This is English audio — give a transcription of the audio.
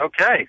Okay